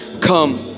come